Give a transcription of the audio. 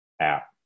app